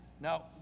Now